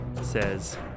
says